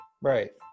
Right